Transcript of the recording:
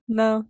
no